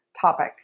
topic